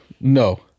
no